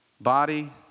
body